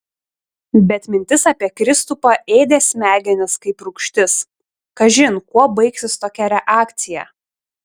bet mintis apie kristupą ėdė smegenis kaip rūgštis kažin kuo baigsis tokia reakcija